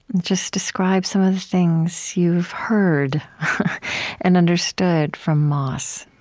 just describe some of the things you've heard and understood from moss